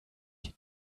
die